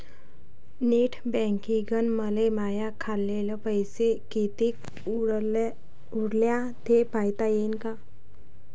Net बँकिंगनं मले माह्या खाल्ल पैसा कितीक उरला थे पायता यीन काय?